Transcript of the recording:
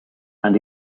and